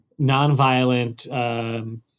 nonviolent